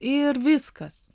ir viskas